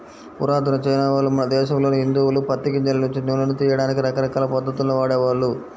పురాతన చైనావాళ్ళు, మన దేశంలోని హిందువులు పత్తి గింజల నుంచి నూనెను తియ్యడానికి రకరకాల పద్ధతుల్ని వాడేవాళ్ళు